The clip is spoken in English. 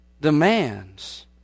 demands